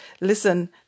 listen